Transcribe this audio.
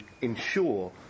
ensure